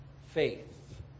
faith